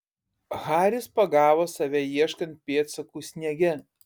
haris pagavo save ieškant pėdsakų sniege